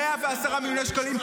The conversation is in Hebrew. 110 מיליון שקלים,